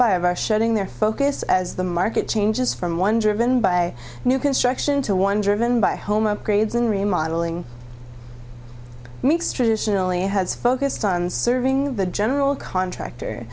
of are shutting their focus as the market changes from one driven by new construction to one driven by home upgrades and remodeling makes traditionally has focused on serving the general contractor